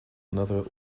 another